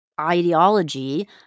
ideology